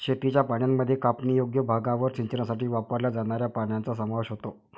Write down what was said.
शेतीच्या पाण्यामध्ये कापणीयोग्य भागावर सिंचनासाठी वापरल्या जाणाऱ्या पाण्याचा समावेश होतो